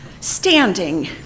standing